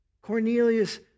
Cornelius